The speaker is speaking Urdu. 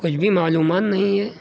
کچھ بھی معلومات نہیں ہیں